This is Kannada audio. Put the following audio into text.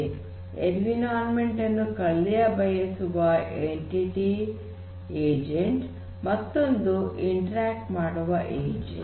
ಒಂದು ಎನ್ವಿರಾನ್ಮೆಂಟ್ ಅನ್ನು ಕಲಿಯ ಬಯಸುವ ಏಜೆಂಟ್ ಮತ್ತೊಂದು ಇಂಟರಾಕ್ಟ್ ಮಾಡುವ ಏಜೆಂಟ್